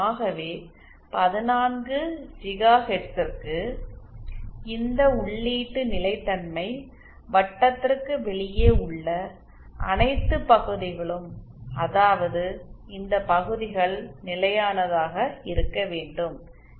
ஆகவே 14 ஜிகாஹெர்ட்ஸுக்கு இந்த உள்ளீட்டு நிலைத்தன்மை வட்டத்திற்கு வெளியே உள்ள அனைத்து பகுதிகளும் அதாவது இந்த பகுதிகள் நிலையானதாக இருக்க வேண்டும்